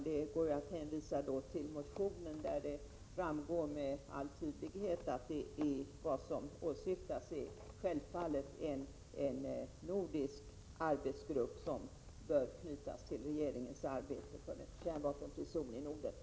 Det går att hänvisa till motionen, där det med all tydlighet framgår att vad som åsyftas självfallet är en nordisk arbetsgrupp, som bör knytas till regeringens arbete för en kärnvapenfri zon i Norden.